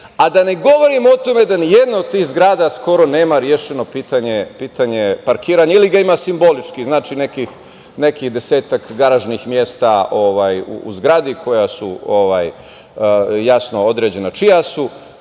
a da ne govorim o tome da skoro ni jedna od tih zgrada nema rešeno pitanje parkiranja ili ga ima simbolično, znači nekih desetak garažnih mesta u zgradi koja su jasno određena čija